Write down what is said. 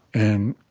and